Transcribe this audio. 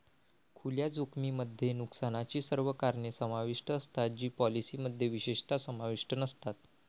खुल्या जोखमीमध्ये नुकसानाची सर्व कारणे समाविष्ट असतात जी पॉलिसीमध्ये विशेषतः समाविष्ट नसतात